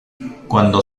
cuando